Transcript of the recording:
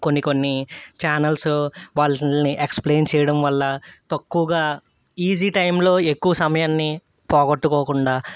కొన్ని కొన్ని చానల్సు వాటిని ఎక్స్ప్లెయిన్ చేయడం వల్ల తక్కువగా ఈజీ టైంలో ఎక్కువ సమయాన్ని పోగొట్టుకోకుండా